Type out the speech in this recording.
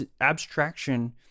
abstraction